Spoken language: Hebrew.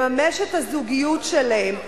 לממש את הזוגיות שלהם.